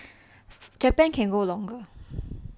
japan can go longer